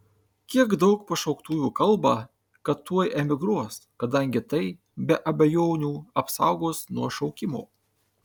kiek daug pašauktųjų kalba kad tuoj emigruos kadangi tai be abejonių apsaugos nuo šaukimo